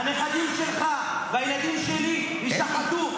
הנכדים שלך והילדים שלי יישחטו.